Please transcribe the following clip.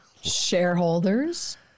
shareholders